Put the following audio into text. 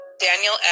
Daniel